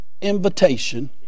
invitation